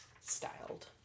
styled